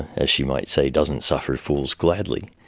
as she might say, doesn't suffer fools gladly.